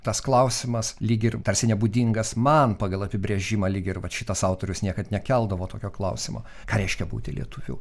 tas klausimas lyg ir tarsi nebūdingas man pagal apibrėžimą lyg ir vat šitas autorius niekad nekeldavo tokio klausimo ką reiškia būti lietuviu